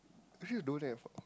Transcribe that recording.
here don't have ah